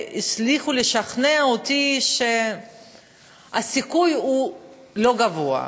שהצליחו לשכנע אותי שהסיכוי הוא לא גבוה.